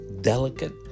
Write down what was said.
delicate